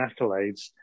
accolades